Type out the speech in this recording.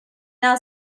now